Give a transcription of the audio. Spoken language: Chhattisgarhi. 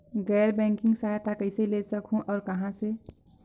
गैर बैंकिंग सहायता कइसे ले सकहुं और कहाँ से?